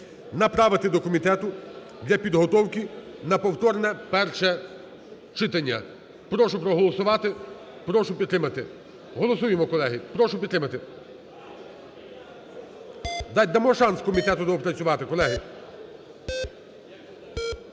направити до комітету для підготовки на повторне перше читання. Прошу проголосувати, прошу підтримати. Голосуємо, колеги, прошу підтримати. Дамо шанс комітету доопрацювати, колеги.